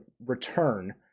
return